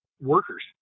workers